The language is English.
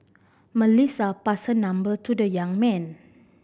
melissa passed number to the young man